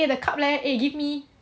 eh the cup leh eh give me